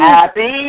Happy